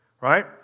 right